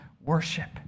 worship